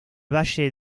valle